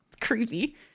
creepy